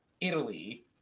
Italy